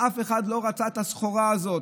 אף אחד לא רצה את הסחורה הזאת,